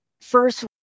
first